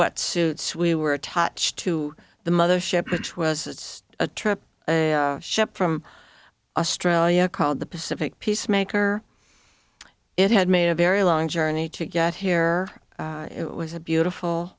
what suits we were attached to the mother ship which was a trip ship from australia called the pacific peacemaker it had made a very long journey to get here it was a beautiful